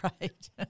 Right